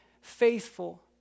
faithful